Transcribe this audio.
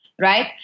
right